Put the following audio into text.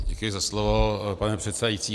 Děkuji za slovo, pane předsedající.